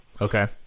Okay